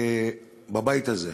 בבית הזה.